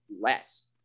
less